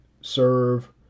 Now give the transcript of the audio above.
serve